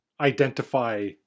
identify